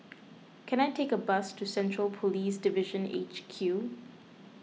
can I take a bus to Central Police Division H Q